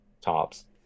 tops